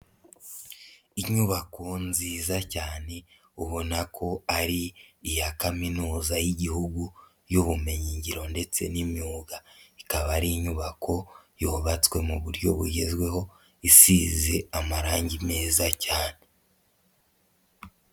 Inyubako nziza cyane ubona ko ari iya Kaminuza y'Igihugu y'ubumenyingiro ndetse n'imyuga, ikaba ari inyubako yubatswe mu buryo bugezweho isize amarange meza cyane.